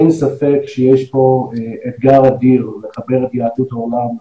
אין ספק שיש פה אתגר אדיר לחבר את יהדות העולם,